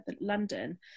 London